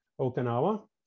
Okinawa